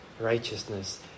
righteousness